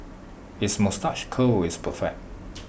his moustache curl is perfect